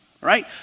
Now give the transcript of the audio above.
right